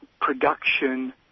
production